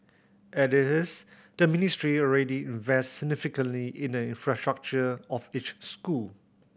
as it is the Ministry already invests significantly in the infrastructure of each school